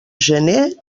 gener